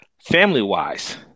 family-wise